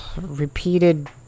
repeated